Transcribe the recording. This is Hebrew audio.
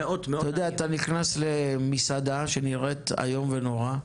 אתה נכנס למסעדה שנראית איום ונורא.